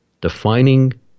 defining